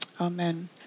Amen